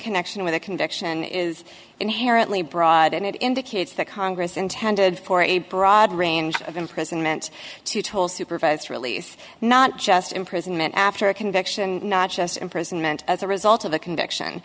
connection with a conviction is inherently broad and it indicates that congress intended for a broad range of imprisonment to toll supervised release not just imprisonment after a conviction not just imprisonment as a result of a conviction